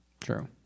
true